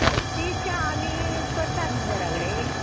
ती च्या आमी करतात न्हू घरा कडेन